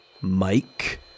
Mike